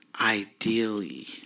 ideally